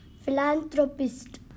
philanthropist